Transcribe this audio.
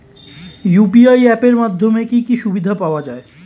UPI app এর মাধ্যমে কি কি সুবিধা পাওয়া যায়?